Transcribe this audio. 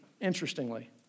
interestingly